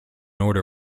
order